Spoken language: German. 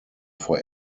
vor